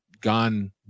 gone